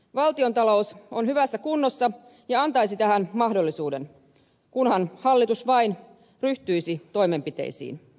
valtiontalous on hyvässä kunnossa ja antaisi tähän mahdollisuuden kunhan hallitus vain ryhtyisi toimenpiteisiin